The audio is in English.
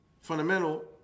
fundamental